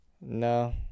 No